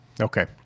okay